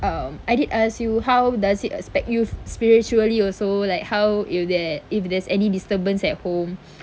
um I did ask you how does it aspect you spiritually also like how if there if there's any disturbance at home